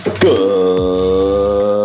Good